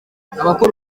anakora